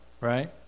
right